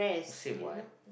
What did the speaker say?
same what